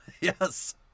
Yes